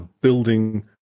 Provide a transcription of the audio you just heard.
building